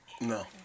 No